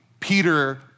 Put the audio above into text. Peter